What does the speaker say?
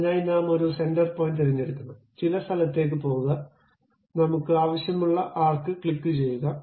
അതിനായി നാം ഒരു സെന്റർ പോയിന്റ് തിരഞ്ഞെടുക്കണം ചില സ്ഥലത്തേക്ക് പോകുക നമുക്ക് ആവശ്യമുള്ള ആർക്ക് ക്ലിക്കുചെയ്യുക